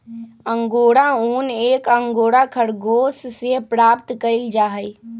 angora ऊन एक angora खरगोश से प्राप्त कइल जाहई